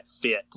fit